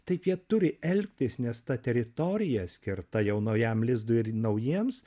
taip jie turi elgtis nes ta teritorija skirta jau naujam lizdui ir naujiems